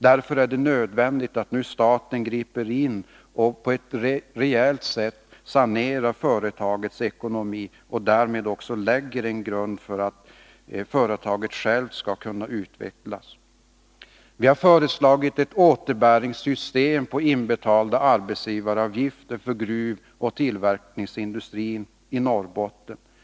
Därför är det nödvändigt att staten griper in och rejält sanerar företagets ekonomi, och därmed också lägger en grund för att företaget självt skall kunna utvecklas. Vidare har vi föreslagit ett återbäringssystem för inbetalda arbetsgivaravgifter från gruvoch tillverkningsindustrin i Norrbotten.